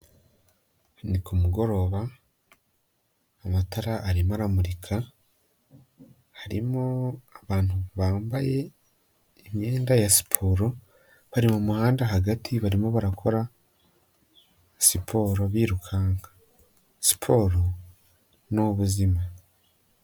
Ni kumugoroba, amatara arimo aramurika, harimo abantu bambaye imyenda ya siporo, bari mu muhanda hagati, barimo barakora siporo birukanka. Siporo ni ubuzima.